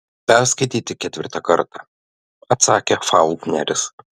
perskaityti ketvirtą kartą atsakė faulkneris